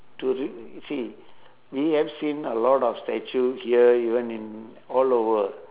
to r~ you see we have seen a lot of statue here even in all over